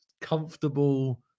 comfortable